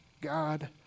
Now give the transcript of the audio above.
God